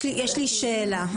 יש לי שאלה.